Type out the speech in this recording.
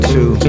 Two